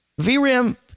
VRAM